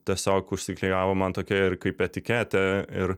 tiesiog užsiklijavo man tokia ir kaip etiketė ir